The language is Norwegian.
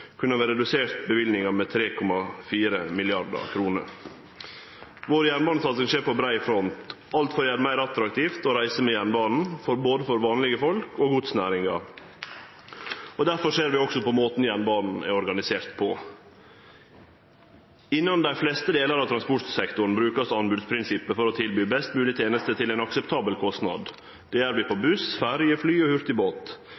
vi ha redusert løyvingane med 3,4 mrd. kr. Vår jernbanesatsing skjer på ein brei front – alt for å gjere det meir attraktivt å reise med jernbana både for vanlege folk og for godsnæringa. Derfor ser vi òg på måten jernbana er organisert på. Innan dei fleste delar av transportsektoren brukast anbodsprinsippet for å tilby best mogleg teneste til ein akseptabel kostnad. Det gjer vi på